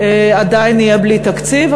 עדיין נהיה בלי תקציב.